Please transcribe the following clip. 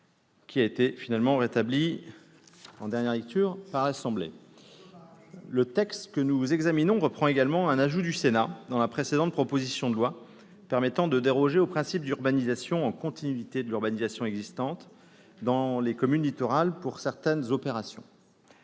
qui a été finalement rétabli en dernière lecture par l'Assemblée nationale. Dommage ! Le texte que nous examinons reprend également un ajout du Sénat dans la précédente proposition de loi permettant de déroger au principe d'urbanisation en continuité de l'urbanisation existante dans les communes littorales, pour certaines opérations.